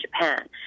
Japan